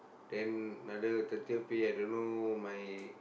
then another thirtieth pay I don't know my